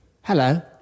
Hello